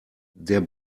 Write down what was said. der